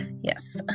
yes